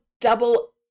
double